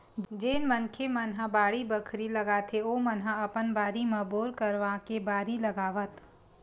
जेन मनखे मन ह बाड़ी बखरी लगाथे ओमन ह अपन बारी म बोर करवाके बारी लगावत